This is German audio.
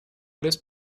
alles